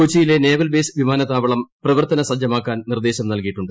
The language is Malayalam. കൊച്ചിയിലെ നേവൽബേസ് വിമാനത്താവളം പ്രവർത്തനസജ്ജമാക്കാൻ നിർദ്ദേശം നൽകിയിട്ടുണ്ട്